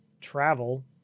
travel